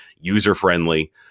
user-friendly